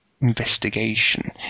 investigation